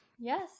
Yes